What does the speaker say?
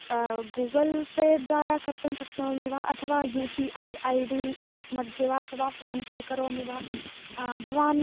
Google Pay द्वारा कर्तुं शक्नोमि वा अथवा U P I I D मध्ये वा अथवा फ़ोन् पे करोमि वा भवान्